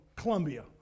Columbia